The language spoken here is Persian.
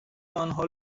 آنها